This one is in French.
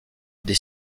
des